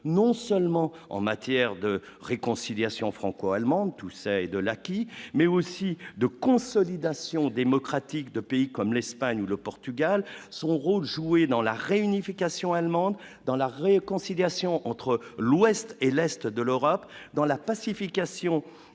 non seulement en matière de réconciliation franco-allemande, tout ça et de acquis mais aussi de consolidation démocratique de pays comme l'Espagne ou le Portugal, son rôle joué dans la réunification allemande dans la réconciliation entre l'Ouest et l'Est de l'Europe dans la pacification des